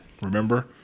Remember